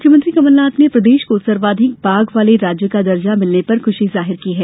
मुख्यमंत्री कमलनाथ ने प्रदेश को सर्वाधिक बाघ वाले राज्य का दर्जा मिलने पर खूशी जाहिर की है